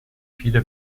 viele